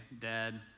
dad